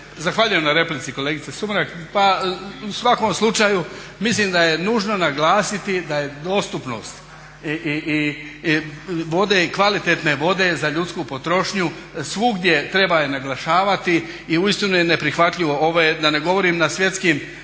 Zahvaljujem na replici kolegice Sumrak. Pa u svakom slučaju mislim da je nužno naglasiti da je dostupnost i vode i kvalitetne vode za ljudsku potrošnju svugdje treba je naglašavati i uistinu je neprihvatljivo, ovo je, da ne govorim na svjetskim,